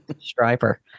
Striper